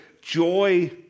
joy